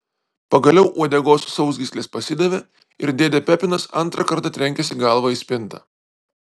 pagaliau uodegos sausgyslės pasidavė ir dėdė pepinas antrą kartą trenkėsi galva į spintą